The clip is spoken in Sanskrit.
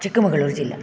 चिक्कमगलूरुजिल्ला